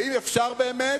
ואם אפשר, באמת,